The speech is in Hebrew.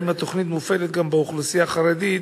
האם התוכנית מופעלת גם באוכלוסייה החרדית,